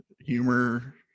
humor –